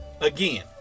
Again